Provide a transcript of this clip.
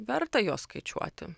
verta juos skaičiuoti